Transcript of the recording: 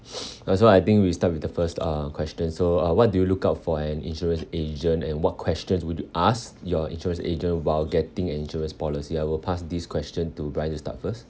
uh so I think we start with the first uh question so uh what do you look out for an insurance agent and what question would you ask your insurance agent while getting an insurance policy I will pass this question to brian to start first